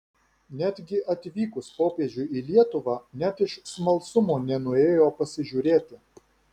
netgi atvykus popiežiui į lietuvą net iš smalsumo nenuėjo pasižiūrėti